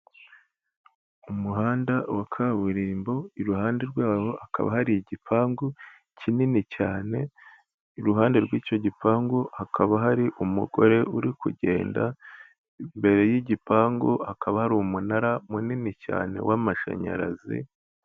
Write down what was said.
Umuhanda wa kaburimbo iruhande rwawo hakaba hari igipangu kinini cyane, iruhande rw'icyo gipangu hakaba hari umugore uri kugenda, imbere y'igipangu hakaba hari umunara munini cyane w'amashanyarazi.